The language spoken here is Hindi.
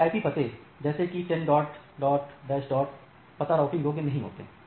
निजी आईपी पते जैसे की 10 पता राउटिंग योग्य नहीं होते